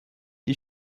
die